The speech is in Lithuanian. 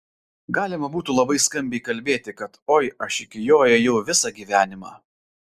galima būtų labai skambiai kalbėti kad oi aš iki jo ėjau visą gyvenimą